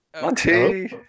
Monty